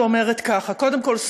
שאומרת ככה: קודם כול,